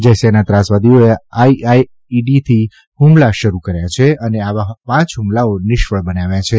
જૈશના ત્રાસવાદીઓએ આઇઇડીથી હુમલા શરૂ કર્યા છે અને આવા પાંચ હુમલાઓ નિષ્ફળ બનાવ્યા છે